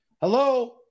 Hello